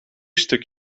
stuk